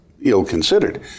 ill-considered